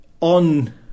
On